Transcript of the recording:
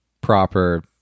proper